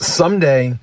someday